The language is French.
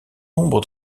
nombre